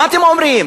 מה אתם אומרים?